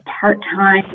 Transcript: part-time